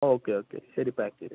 okay okay ശരി pack ചെയ്തേക്ക്